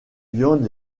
viandes